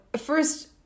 first